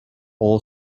all